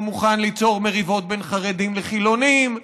מוכן ליצור מריבות בין חרדים לחילונים.